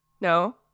No